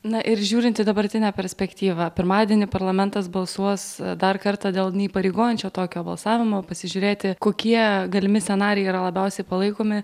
na ir žiūrint į dabartinę perspektyvą pirmadienį parlamentas balsuos dar kartą dėl neįpareigojančio tokio balsavimo pasižiūrėti kokie galimi scenarijai yra labiausiai palaikomi